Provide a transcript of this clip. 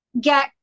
get